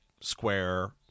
Square